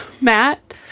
Matt